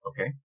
Okay